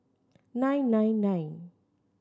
nine nine nine